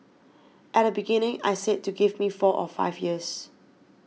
at the beginning I said to give me four or five years